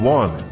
one